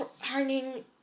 hanging